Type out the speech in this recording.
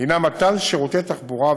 הנה מתן שירותי תחבורה,